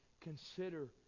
Consider